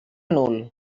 nul